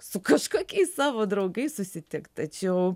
su kažkokiais savo draugais susitikt tačiau